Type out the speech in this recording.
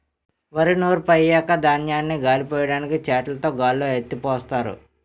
వరి నూర్పు అయ్యాక ధాన్యాన్ని గాలిపొయ్యడానికి చేటలుతో గాల్లో ఎత్తిపోస్తారు